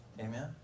Amen